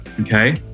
okay